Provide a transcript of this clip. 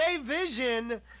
Vision